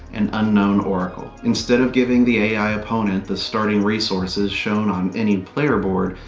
and unknown oracle. instead of giving the ai opponent the starting resources shown on any player board,